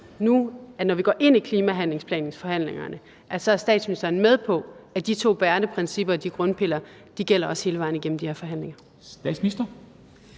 nu, at når vi går ind i forhandlingerne om klimahandlingsplanerne, er statsministeren med på, at de to bærende principper, de grundpiller, også gælder hele vejen igennem de forhandlinger.